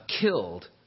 killed